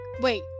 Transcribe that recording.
wait